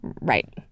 right